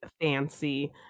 fancy